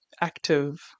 active